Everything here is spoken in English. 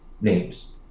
names